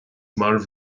marbh